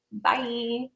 Bye